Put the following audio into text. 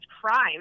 crime